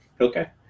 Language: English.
Okay